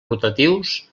rotatius